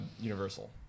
Universal